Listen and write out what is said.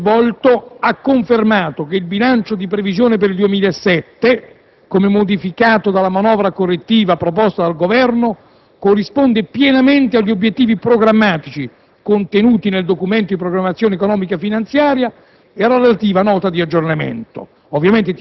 come si è svolto, ha confermato che il bilancio di previsione per il 2007, come modificato dalla manovra correttiva proposta dal Governo, corrisponde pienamente agli obiettivi programmatici contenuti nel Documento di programmazione economico-finanziaria e nella relativa Nota di aggiornamento.